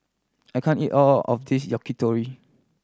I can't eat all of this Yakitori